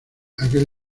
aquel